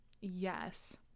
Yes